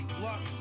luck